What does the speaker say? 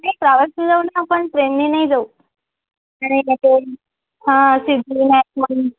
नाही ट्रॅव्हल्सनी जाऊ न आपण ट्रेननी नाही जाऊ नही ट्रेन हं सीझन आहे म्हणून